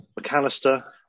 McAllister